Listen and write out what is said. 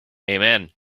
amen